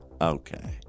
Okay